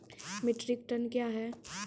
Metric tonne कया हैं?